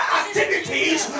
activities